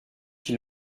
qui